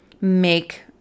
make